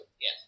yes